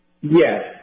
Yes